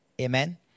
amen